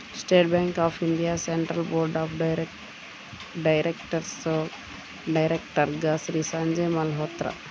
state Bank of India central board of డైరెక్టర్స్లో డైరెక్టర్గా శ్రీ సంజయ్ మల్హోత్రా